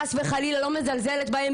אני חס חלילה לא מזלזלת בהם,